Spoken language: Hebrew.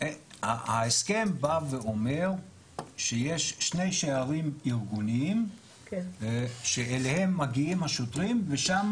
ההסכם בא ואומר שיש שני שערים ארגוניים שאליהם מגיעים השוטרים ושם